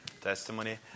testimony